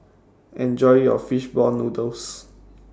Enjoy your Fish Ball Noodles